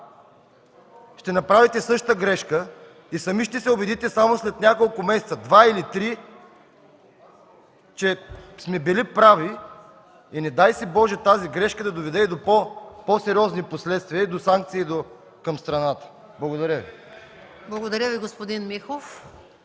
ще направите същата грешка и сами ще се убедите само след няколко месеца – два или три, че сме били прави и, не дай си Боже, тази грешка да доведе до по-сериозни последствия и до санкции към страната. Благодаря Ви. ПРЕДСЕДАТЕЛ МАЯ